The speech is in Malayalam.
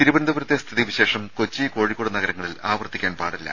തിരുവനന്തപുരത്തെ സ്ഥിതി വിശേഷം കൊച്ചി കോഴിക്കോട് നഗരങ്ങളിൽ ആവർത്തിക്കാൻ പാടില്ല